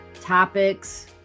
topics